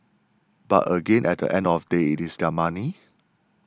but again at the end of day it's their money